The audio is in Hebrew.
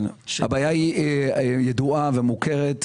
הבעיה היא ידועה ומוכרת.